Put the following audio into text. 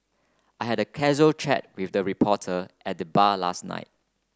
I had a casual chat with a reporter at the bar last night